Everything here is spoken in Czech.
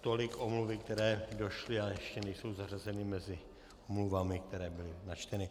Tolik omluvy, které došly, ale ještě nejsou zařazeny mezi omluvami, které byly načteny.